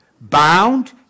bound